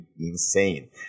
insane